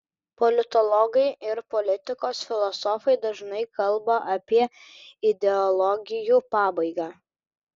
politologai ir politikos filosofai dažnai kalba apie ideologijų pabaigą